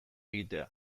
egitea